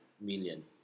million